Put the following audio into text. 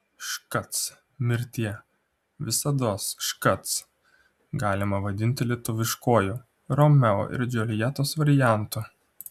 škac mirtie visados škac galima vadinti lietuviškuoju romeo ir džiuljetos variantu